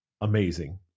amazing